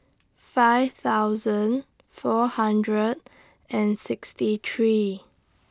five thousand four hundred and sixty three